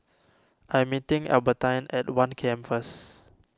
I am meeting Albertine at one K M first